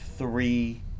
Three